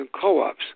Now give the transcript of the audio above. co-ops